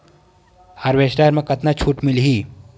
Harvester म कतका छूट मिलही?